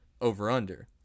over-under